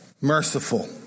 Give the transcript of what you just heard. merciful